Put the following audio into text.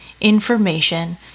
information